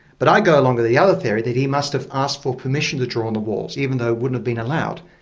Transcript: but i go along with the other theory, that he must have asked for permission to draw on the walls, even though it wouldn't have been allowed.